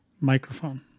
microphone